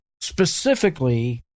specifically